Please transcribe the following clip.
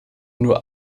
nur